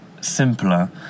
simpler